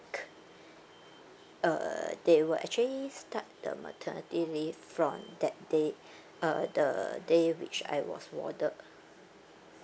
uh they will actually start the maternity leave from that day uh the the day which I was warded